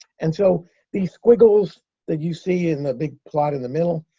and so these squiggles that you see in the big plot in the middle,